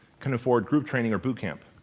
can afford group training or boot camp.